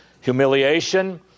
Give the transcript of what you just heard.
humiliation